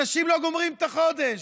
אנשים לא גומרים את החודש,